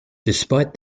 despite